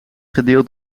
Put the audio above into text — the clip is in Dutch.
gedeeld